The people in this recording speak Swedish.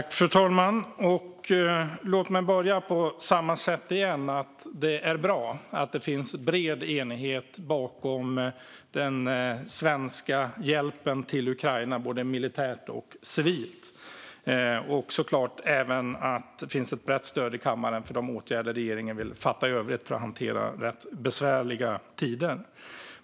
Fru talman! Låt mig börja på samma sätt igen: Det är bra att det finns bred enighet bakom den svenska hjälpen till Ukraina, både militärt och civilt. Det är såklart också bra att det finns ett brett stöd i kammaren för de åtgärder som regeringen vill vidta i övrigt för att hantera rätt besvärliga tider.